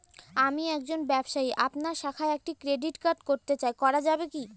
আমি একজন ব্যবসায়ী আপনার শাখায় একটি ক্রেডিট কার্ড করতে চাই করা যাবে কি?